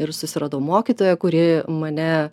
ir susiradau mokytoją kuri mane